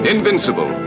Invincible